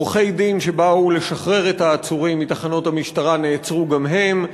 עורכי-דין שבאו לשחרר את העצורים מתחנות המשטרה נעצרו גם הם,